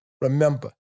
remember